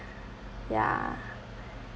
ya